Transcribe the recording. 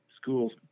schools